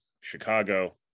Chicago